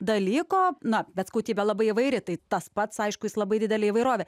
dalyko na bet skautybė labai įvairi tai tas pats aišku jis labai didelė įvairovė